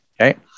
Okay